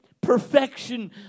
perfection